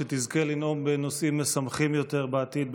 שתזכה לנאום בנושאים משמחים יותר בעתיד,